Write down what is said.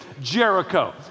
Jericho